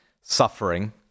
suffering